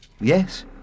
Yes